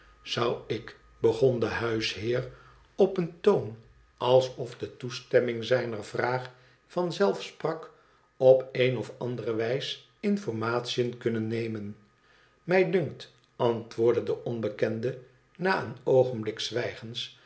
zou ik begon de huisheer op een toon alsof de toestemming zijner vraag van zelf sprak op een of andere wijs informatiën kimnen nemen mij dunkt antwoordde de onbekende na een oogenblik zwijgens